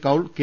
Kaul K